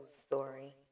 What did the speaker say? story